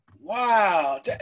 wow